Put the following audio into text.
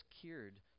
cured